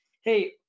hey